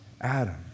Adam